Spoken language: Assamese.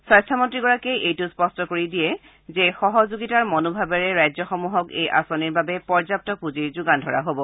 স্বাস্থমন্ত্ৰীগৰাকীয়ে এইটো স্পষ্ট কৰি দিয়ে যে সহযোগিতাৰে মনোভাৱেৰে ৰাজ্যসমূহক এই আঁচনিৰ বাবে পৰ্যাপ্ত পুঁজি যোগান ধৰা হব